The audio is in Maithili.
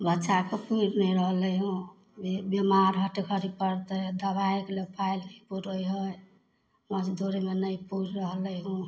बच्चा सब सूति नहि रहलै हँ ई बिमाड़ हर घड़ी पड़तै दबाइ लए पाइ से नहि हइ मजदूरीमे नहि पूरि रहलै हन